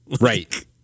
right